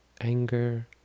Anger